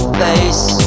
face